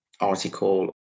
article